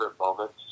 moments